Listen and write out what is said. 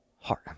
heart